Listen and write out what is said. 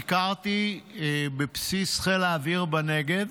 ביקרתי בבסיס חיל האוויר בנגב,